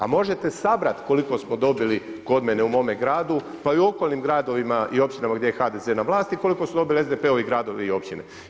A možete sabrati koliko smo dobili kod mene u mome gradu, pa i u okolnim gradovima i općinama gdje je HDZ na vlasti, koliko su dobili SDP-ovi gradovi i općine.